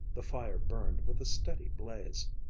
the fire burned with a steady blaze.